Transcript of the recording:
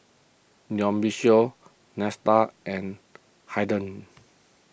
Dionicio and Haiden